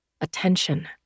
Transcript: attention